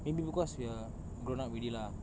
maybe because we're grown up already lah